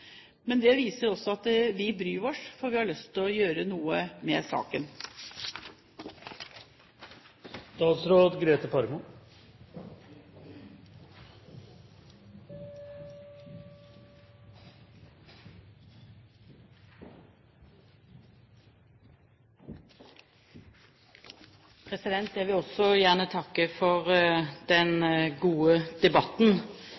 men det viser også at vi bryr oss, for vi har lyst til å gjøre noe med saken. Jeg vil også gjerne takke for den gode debatten